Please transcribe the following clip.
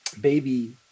baby